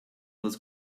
was